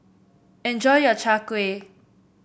enjoy your Chai Kueh